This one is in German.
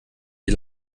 sie